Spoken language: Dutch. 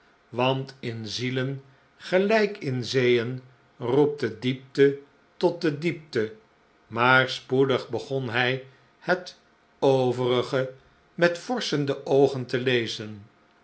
want in zielen gelijk in zeeen roept de diepte tot de diepte maar spoedig begon hij het overige met vorschende oogen te lezen